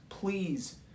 Please